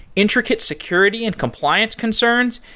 intricate security and compliance concerns,